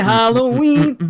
Halloween